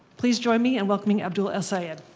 please join me in welcoming abdul el-sayed.